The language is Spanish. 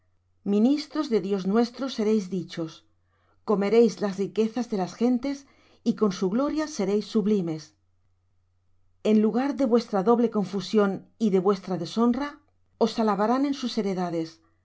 ministros del dios nuestro seréis dichos comeréis las riquezas de las gentes y con su gloria seréis sublimes en lugar de vuestra doble confusión y de vuestra deshonra os alabarán en sus heredades